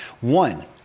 One